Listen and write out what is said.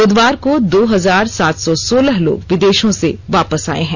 बुधवार को दो हजार सात सौ सोलह लोग विदेशों से वापस आये हैं